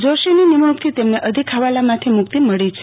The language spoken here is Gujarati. જોશીની નિમણૂંકથી તેમને અધિક હવાલામાંથી મુક્તિ મળી છે